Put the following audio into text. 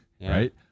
right